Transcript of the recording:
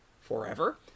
forever